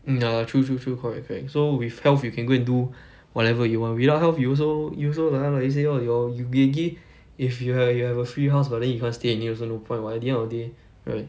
mm ya true true true correct correct so with health you can go and do whatever you want without health you also you also lan lan like you said lor your you gi~ gi~ if you ha~ you have a few house but then you can't stay in it also no point [what] at the end of the day right